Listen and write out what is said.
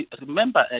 remember